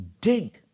dig